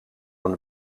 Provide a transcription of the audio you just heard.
een